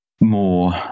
more